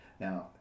Now